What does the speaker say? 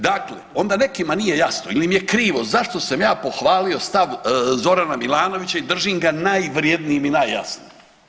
Dakle, onda nekima nije jasno ili im je krivo zašto sam ja pohvalio stav Zorana Milanovića i držim ga najvrjednijim i najjasnijim.